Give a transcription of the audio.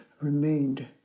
remained